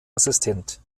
assistent